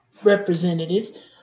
representatives